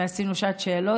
ועשינו אז שעת שאלות.